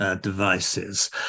devices